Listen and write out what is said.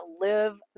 live